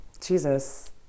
jesus